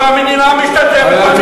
והמדינה משתתפת במכללה.